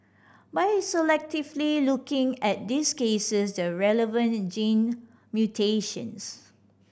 by selectively looking at these cases the relevant gene mutations